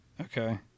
Okay